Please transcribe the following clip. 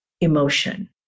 emotion